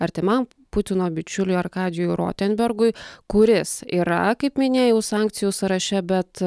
artimam putino bičiuliui arkadijui rotenbergui kuris yra kaip minėjau sankcijų sąraše bet